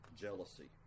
jealousy